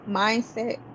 mindset